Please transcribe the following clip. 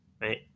right